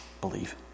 believe